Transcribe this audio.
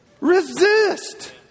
Resist